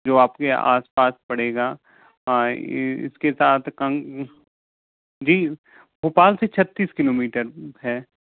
जो आपके आसपास पड़ेगा इसके साथ हम जी भोपाल से छत्तीस किलोमीटर है